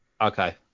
Okay